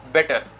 Better